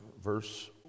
verse